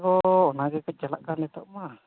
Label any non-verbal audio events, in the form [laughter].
[unintelligible] ᱚᱱᱟᱜᱮᱛᱚ ᱪᱟᱞᱟᱜᱠᱟᱱ ᱱᱤᱛᱚᱜ ᱢᱟ